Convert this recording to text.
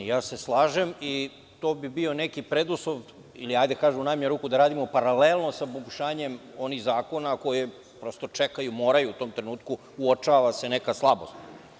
Ja se slažem i to bi bio neki preduslov ili da kažemo, u najmanju ruku da radimo paralelno sa poboljšanjem onih zakona koji čekaju i moraju u tom trenutku, prosto se uočava slabost.